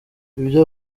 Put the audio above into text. ibyo